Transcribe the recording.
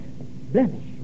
blemish